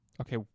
okay